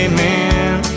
Amen